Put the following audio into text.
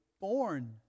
born